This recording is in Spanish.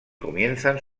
comienzan